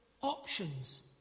options